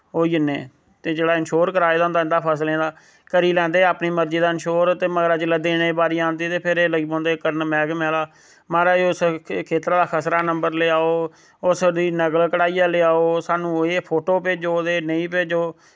एह् होई जन्ने ते जेह्ड़ा इंशोर कराए दा होंदा इं'दा फसलें दा करी लैंदे अपनी मर्जी दा इंशोर ते मगरा जिसलै देने दी बारी आंदी ते फिर एह् लगी पौंदे करन मैह्कमे आह्ला मारज उस खात्तरै दा खसरा नंबर लेआओ अस दी नकल कढाइयै लेआओ स्हानू एह् फोटो भेजो ते नेंईं भेजो